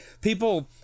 People